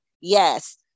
yes